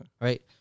Right